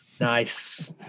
Nice